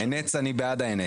הנץ, אני בעד ההנץ.